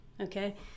okay